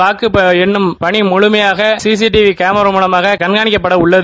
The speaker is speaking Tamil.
வாக்கு எண்ணிக்கை முழுமையாக சிசிடிவி சேமா முலமாக கண்காணிக்கப்படவுள்ளது